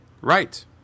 Right